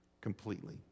completely